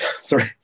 sorry